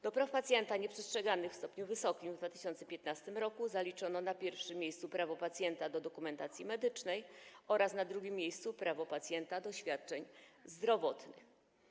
Do praw pacjenta nieprzestrzeganych w stopniu wysokim w 2015 r. zaliczono na 1. miejscu prawo pacjenta do dokumentacji medycznej oraz na 2. miejscu prawo pacjenta do świadczeń zdrowotnych.